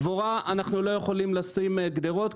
דבורה אנחנו לא יכולים לשים גדרות,